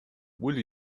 will